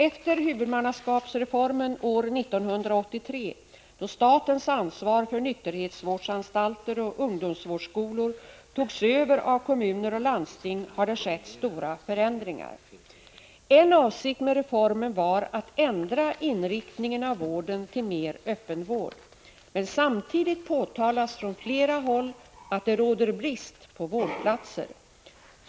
Efter huvudmannaskapsreformen år 1983, då statens ansvar för nykterhetsvårdsanstalter och ungdomsvårdsskolor togs över av kommuner och landsting, har det skett stora förändringar. En avsikt med reformen var att ändra inriktningen av vården till mer öppenvård. Men samtidigt påtalas från flera håll att det råder brist på vårdplatser.